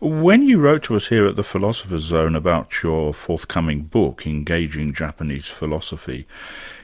when you wrote to us here at the philosopher's zone about your forthcoming book, engaging japanese philosophy